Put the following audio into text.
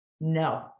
No